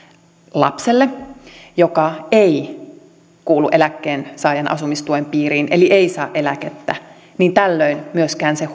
lapselle joka ei kuulu eläkkeensaajan asumistuen piiriin eli ei saa eläkettä tällöin myöskään se